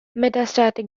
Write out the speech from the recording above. metastatic